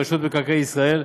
רשות מקרקעי ישראל.